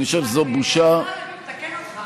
השר לוין, לתקן אותך.